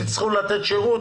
שצריכים לתת שירות,